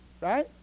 right